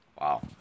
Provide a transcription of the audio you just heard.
Wow